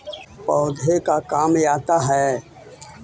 पौधे का काम आता है?